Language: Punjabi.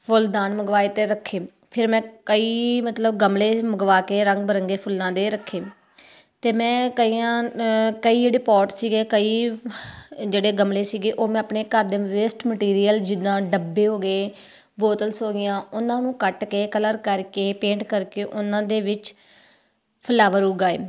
ਫੁੱਲਦਾਨ ਮੰਗਵਾਏ ਅਤੇ ਰੱਖੇ ਫਿਰ ਮੈਂ ਕਈ ਮਤਲਬ ਗਮਲੇ ਮੰਗਵਾ ਕੇ ਰੰਗ ਬਿਰੰਗੇ ਫੁੱਲਾਂ ਦੇ ਰੱਖੇ ਅਤੇ ਮੈਂ ਕਈਆਂ ਕਈ ਜਿਹੜੇ ਪੋਟ ਸੀਗੇ ਕਈ ਜਿਹੜੇ ਗਮਲੇ ਸੀਗੇ ਉਹ ਮੈਂ ਆਪਣੇ ਘਰ ਦੇ ਵੇਸਟ ਮਟੀਰੀਅਲ ਜਿੱਦਾਂ ਡੱਬੇ ਹੋ ਗਏ ਬੋਤਲਸ ਹੋ ਗਈਆਂ ਉਹਨਾਂ ਨੂੰ ਕੱਟ ਕੇ ਕਲਰ ਕਰਕੇ ਪੇਂਟ ਕਰਕੇ ਉਹਨਾਂ ਦੇ ਵਿੱਚ ਫਲਾਵਰ ਉਗਾਏ